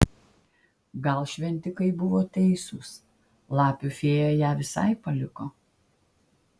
gal šventikai buvo teisūs lapių fėja ją visai paliko